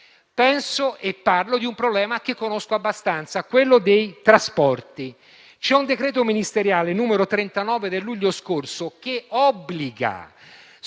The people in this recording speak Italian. penso e parlo di un problema che conosco abbastanza, quello dei trasporti. Il decreto ministeriale n. 39 del luglio scorso obbliga